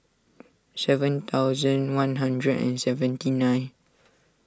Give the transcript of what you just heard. seven thousand one hundred and seventy nine